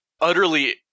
utterly